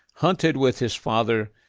hunted with his father,